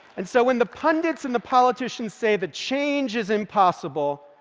and so when the pundits and the politicians say that change is impossible,